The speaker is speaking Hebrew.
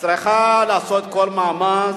היא צריכה לעשות כל מאמץ,